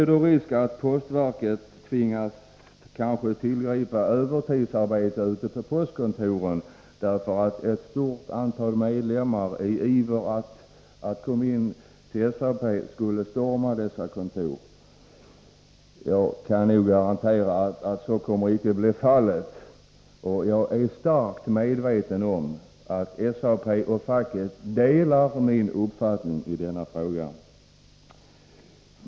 Är då risken stor att postverket kanske tvingas tillgripa övertidsarbete ute på postkontoren, därför att ett stort antal medlemmar i ivern att komma in i SAP skulle storma dessa kontor? Jag kan nog garantera att så inte kommer att bli fallet. Jag är starkt medveten om att SAP och facket delar min uppfattning i denna fråga.